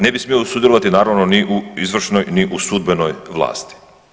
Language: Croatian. Ne bi smio sudjelovati naravno ni u izvršnoj ni u sudbenoj vlasti.